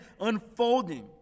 unfolding